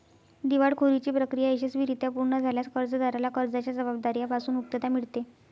दिवाळखोरीची प्रक्रिया यशस्वीरित्या पूर्ण झाल्यास कर्जदाराला कर्जाच्या जबाबदार्या पासून मुक्तता मिळते